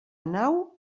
nau